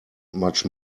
much